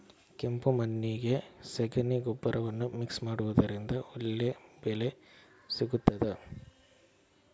ಕೆಂಪು ಮಣ್ಣಿಗೆ ಸಗಣಿ ಗೊಬ್ಬರವನ್ನು ಮಿಕ್ಸ್ ಮಾಡುವುದರಿಂದ ಒಳ್ಳೆ ಬೆಳೆ ಸಿಗುತ್ತದಾ?